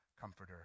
comforter